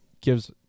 gives